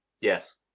Yes